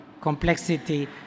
complexity